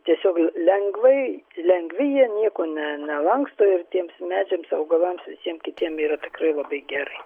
tiesiog lengvai lengvi jie nieko ne nelanksto ir tiems medžiams augalams visiem kitiem yra tikrai labai gerai